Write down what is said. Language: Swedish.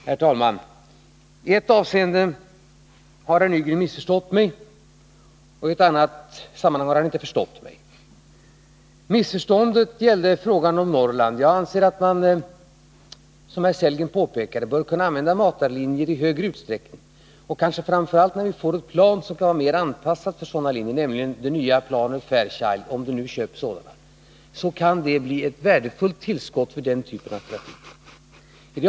Herr talman! I ett avseende har herr Nygren missförstått mig, och i ett annat har han inte förstått mig. Missförståndet gällde frågan om Norrland. Jag anser att man — som också herr Sellgren påpekade — i större utsträckning bör kunna använda matarlinjer, kanske framför allt när vi får ett plan som är mera anpassat för sådana linjer. Om det nya planet Fairchild inköps, kan det bli ett värdefullt tillskott för den typen av trafik.